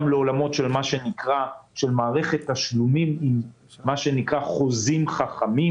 לעולמות של מערכת תשלומים עם חוזים חכמים.